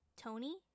Tony